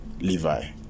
levi